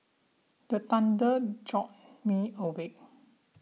the thunder jolt me awake